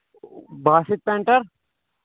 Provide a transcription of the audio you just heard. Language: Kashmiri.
باسِت پینٹَر